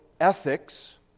ethics